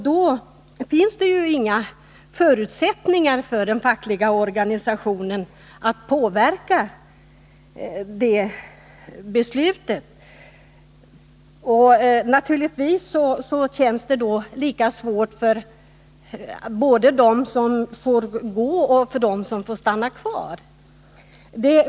Då finns det ju inga förutsättningar för den fackliga organisationen att påverka beslutet. Naturligtvis känns det då lika svårt för dem som får gå som för dem som får stanna kvar.